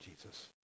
Jesus